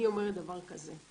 אומרת דבר כזה: